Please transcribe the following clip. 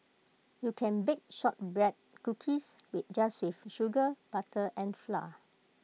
you can bake Shortbread Cookies we just with sugar butter and flour